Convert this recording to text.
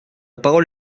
parole